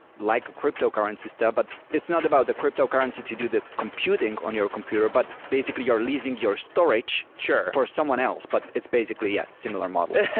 like a cryptocurrency stuff, but it's not about the cryptocurrency to do the computing on your computer, but basically you're leasing your storage for someone else. but it's basically yes, similar model. yeah